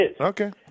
Okay